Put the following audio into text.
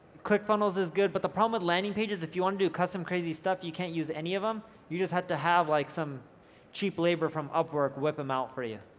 click funnels is good but the problem with landing pages, if you want to do custom crazy stuff, you can't use any of them, you just have to have like some cheap labor from upwork whip them out for you.